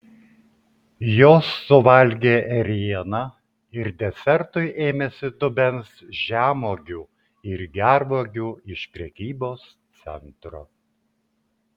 jos suvalgė ėrieną ir desertui ėmėsi dubens žemuogių ir gervuogių iš prekybos centro